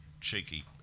cheeky